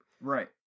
right